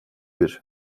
bir